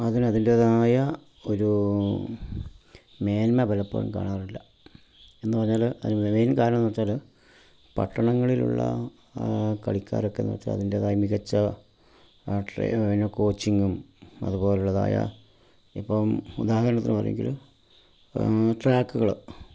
അതിന് അതിന്റെതായ ഒരൂ മേന്മ പലപ്പോഴും കാണാറില്ല എന്ന് പറഞ്ഞാല് അതിന് മെയിൻ കാരണം എന്ന് വെച്ചാൽ പട്ടണങ്ങളിലുള്ള കളിക്കാരൊക്കെ വെച്ചാൽ അതിന്റെതായ മികച്ച ആ ട്രെ കോച്ചിങ്ങും അതുപോലുള്ളതായ ഇപ്പം ഉദാഹരണത്തിന് പറയുവെങ്കില് ട്രാക്ക്കള്